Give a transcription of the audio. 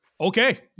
okay